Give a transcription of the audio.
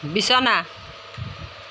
বিছনা